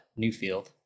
Newfield